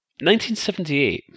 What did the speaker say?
1978